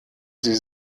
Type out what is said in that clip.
sie